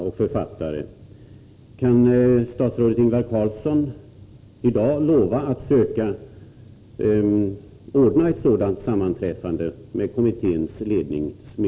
Kan statsrådet i dag lova att han med kommittéledningens medverkan kommer att försöka ordna ett sådant sammanträffande?